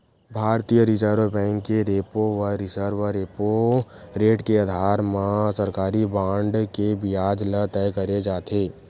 भारतीय reserve bank के repo व रिवर्स रेपो रेट के अधार म सरकारी बांड के बियाज ल तय करे जाथे